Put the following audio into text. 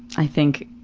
i think